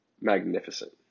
magnificent